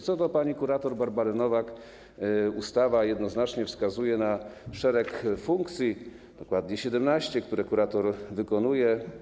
Co do pani kurator Barbary Nowak, ustawa jednoznacznie wskazuje szereg funkcji, dokładnie 17, które kurator wykonuje.